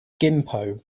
gimpo